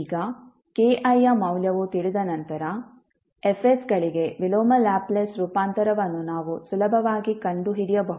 ಈಗ ki ಯ ಮೌಲ್ಯವು ತಿಳಿದ ನಂತರ F ಗಳಿಗೆ ವಿಲೋಮ ಲ್ಯಾಪ್ಲೇಸ್ ರೂಪಾಂತರವನ್ನು ನಾವು ಸುಲಭವಾಗಿ ಕಂಡುಹಿಡಿಯಬಹುದು